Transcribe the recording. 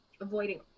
avoiding